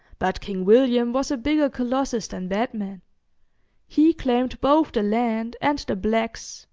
but king william was a bigger colossus than batman he claimed both the land and the blacks,